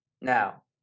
Now